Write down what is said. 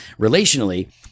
relationally